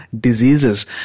diseases